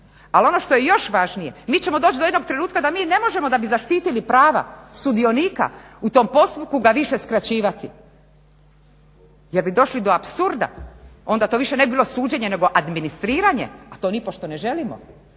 Ali ono što je još važnije mi ćemo doći do jednog trenutka da bi ne možemo da bi zaštitili prava sudionika u tom postupku ga više skraćivati jer bi došli do apsurda. Onda to ne bi bilo više suđenje nego administriranje, a to nipošto ne želimo.